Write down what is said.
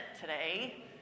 today